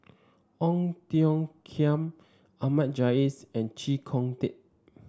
Ong Tiong Khiam Ahmad Jais and Chee Kong Tet